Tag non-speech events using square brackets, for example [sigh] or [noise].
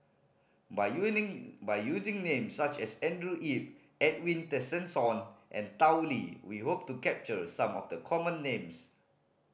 by [unintelligible] by using names such as Andrew Yip Edwin Tessensohn and Tao Li we hope to capture some of the common names